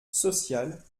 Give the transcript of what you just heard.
sociale